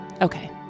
Okay